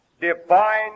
divine